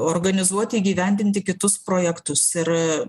organizuoti įgyvendinti kitus projektus ir